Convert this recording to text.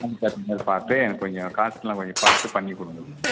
பார்த்து கொஞ்சம் காசெலாம் கொஞ்சம் பார்த்து பண்ணி கொடுங்க